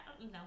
no